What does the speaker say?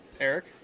Eric